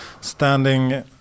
standing